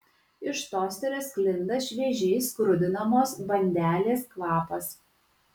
iš tosterio sklinda šviežiai skrudinamos bandelės kvapas